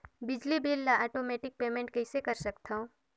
बिजली बिल ल automatic payment कइसे कर सकथव?